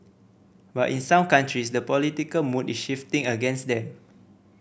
but in some countries the political mood is shifting against them